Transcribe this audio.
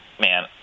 Man